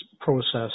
process